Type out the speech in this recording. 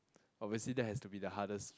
obviously that has to be the hardest